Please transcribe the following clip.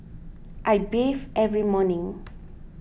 I bathe every morning